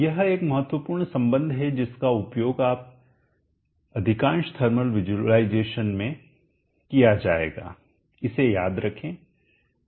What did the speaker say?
यह एक महत्वपूर्ण संबंध है जिसका उपयोग अधिकांश थर्मल विज़ुअलाइज़ेशन में किया जाएगा इसे याद रखें